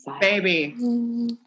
baby